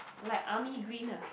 like army green ah